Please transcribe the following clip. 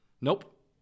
Nope